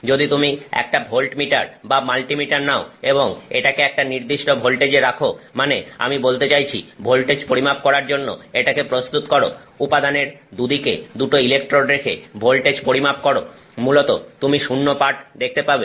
যদি তুমি একটা ভোল্টমিটার বা মাল্টিমিটার নাও এবং এটাকে একটা নির্দিষ্ট ভোল্টেজ এ রাখ মানে আমি বলতে চাইছি ভোল্টেজ পরিমাপ করার জন্য এটাকে প্রস্তুত করো উপাদানের দুদিকে দুটো ইলেকট্রোড রেখে ভোল্টেজ পরিমাপ করো মূলত তুমি শূন্য পাঠ দেখতে পাবে